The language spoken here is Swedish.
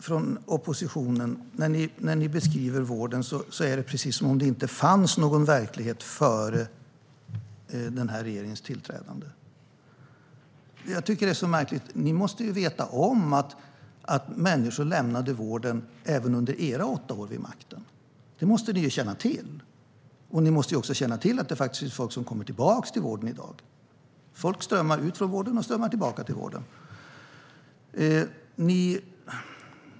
Herr talman! När ni från oppositionen beskriver vården är det precis som om det inte fanns någon verklighet innan den här regeringen tillträdde. Jag tycker att det är märkligt. Ni måste ju veta om att människor lämnade vården även under era åtta år vid makten. Det måste ni känna till. Och ni måste också känna till att folk faktiskt kommer tillbaka till vården i dag. Folk strömmar ut från vården och strömmar tillbaka till vården.